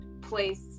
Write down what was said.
place